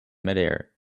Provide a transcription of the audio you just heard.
midair